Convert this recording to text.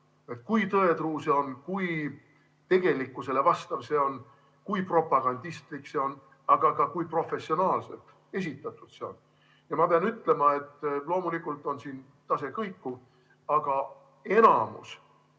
kui tõetruu see on, kui tegelikkusele vastav see on, kui propagandistlik see on, aga ka kui professionaalselt esitatud see on. Ja ma pean ütlema, et loomulikult on tase kõikuv, aga enamik